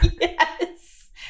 Yes